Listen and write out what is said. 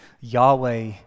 Yahweh